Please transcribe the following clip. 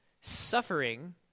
suffering